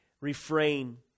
Refrain